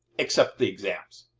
except the exams,